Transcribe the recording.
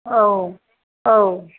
औ औ